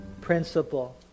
Principle